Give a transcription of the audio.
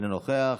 אינו נוכח,